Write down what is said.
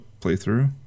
playthrough